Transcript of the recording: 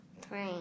three